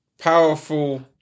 Powerful